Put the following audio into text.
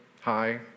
hi